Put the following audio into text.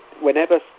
whenever